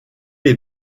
les